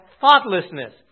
thoughtlessness